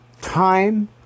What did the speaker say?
time